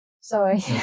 sorry